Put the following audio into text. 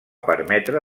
permetre